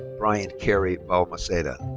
bryant kerry balmaceda.